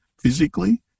physically